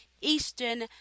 Eastern